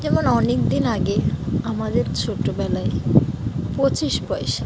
যেমন অনেক দিন আগে আমাদের ছোটোবেলায় পঁচিশ পয়সা